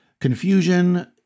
Confusion